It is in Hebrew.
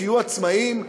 שיהיו עצמאים,